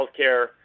healthcare